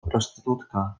prostytutka